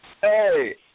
Hey